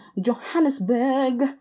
johannesburg